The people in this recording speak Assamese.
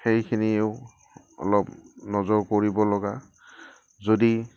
সেইখিনিও অলপ নজৰ কৰিব লগা যদি